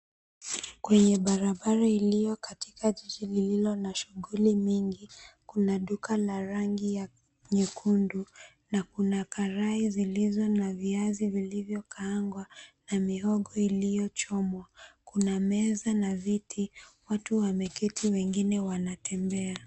Kwenye barabara iliyo katika jiji lililo na shughuli mingi kuna duka la rangi ya nyekundu na kuna karai zilizo na viazi vilivyokaangwa na mihogo iliyochomwa. Kuna meza na viti, watu wameketi wengine wanatembea.